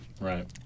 Right